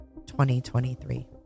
2023